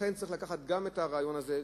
לכן צריך לקחת גם את הרעיון הזה,